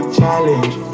challenge